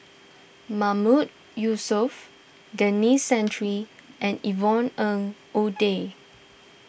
Mahmood Yusof Denis Santry and Yvonne Ng Uhde